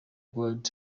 gerard